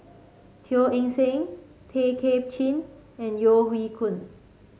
Teo Eng Seng Tay Kay Chin and Yeo Hoe Koon